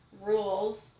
rules